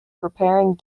preparing